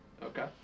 Okay